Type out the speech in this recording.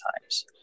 times